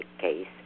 case